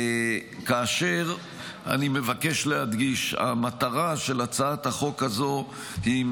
כאשר אני מבקש להדגיש: המטרה של הצעת החוק הזו היא,